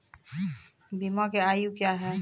बीमा के आयु क्या हैं?